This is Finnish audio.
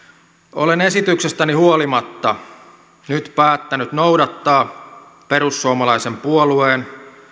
olen esityksestäni huolimatta nyt päättänyt noudattaa perussuomalaisen puolueen